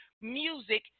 music